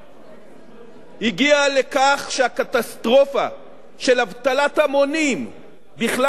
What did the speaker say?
הגיע לכך שהקטסטרופה של אבטלת המונים בכלל ושל צעירים בפרט,